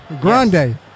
Grande